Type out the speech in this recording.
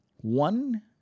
One